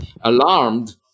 alarmed